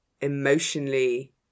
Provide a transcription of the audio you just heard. emotionally